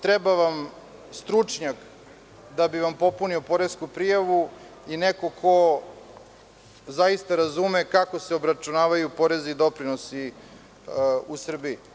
Treba vam stručnjak kako bi vam popunio poresku prijavu i neko ko zaista razume kako se obračunavaju porezi i doprinosi u Srbiji.